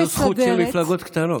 זאת זכות של מפלגות קטנות.